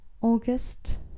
August